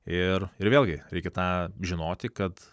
ir ir vėlgi reikia tą žinoti kad